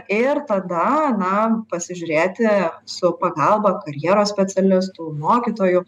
ir tada na pasižiūrėti su pagalba karjeros specialistų mokytojų